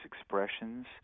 expressions